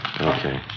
Okay